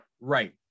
Right